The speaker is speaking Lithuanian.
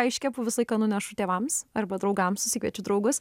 ką iškepu visą laiką nunešu tėvams arba draugams susikviečiu draugus